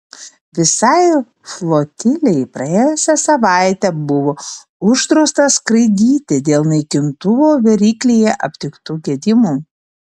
visai flotilei praėjusią savaitę buvo uždrausta skraidyti dėl naikintuvo variklyje aptiktų gedimų